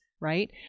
right